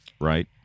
right